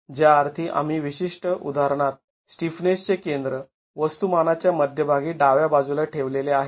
ज्याअर्थी या विशिष्ट उदाहरणात स्टिफनेसचे केंद्र वस्तुमानाच्या मध्यभागी डाव्या बाजूला ठेवलेले आहे